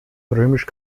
römisch